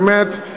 באמת,